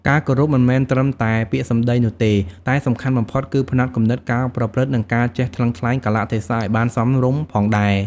ការគោរពមិនមែនត្រឹមតែពាក្យសម្ដីនោះទេ តែសំខាន់បំផុតគឺផ្នត់គំនិត ការប្រព្រឹត្ត និងការចេះថ្លឹងថ្លែងកាលៈទេសៈឲ្យបានសមរម្យផងដែរ។